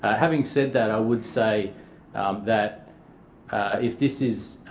having said that i would say that if this is